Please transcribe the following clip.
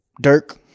Dirk